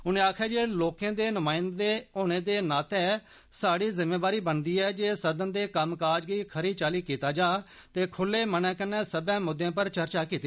उनें आक्खेया जे लोकें दे नुमायंदें होने दे नाते साढ़ी जिम्मेबारी बनदी ऐ जे सदन दे कम्मकाज गी खरी चाली कीता जा ते खुल्लै मन्नै नै सब्बै मुद्दें पर चर्चा होए